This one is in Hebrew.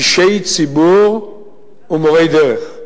אישי ציבור ומורי דרך.